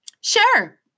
Sure